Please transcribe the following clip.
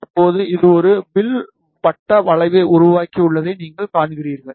இப்போது இது ஒரு வில் வட்ட வளைவை உருவாக்கியுள்ளதை நீங்கள் காண்கிறீர்கள்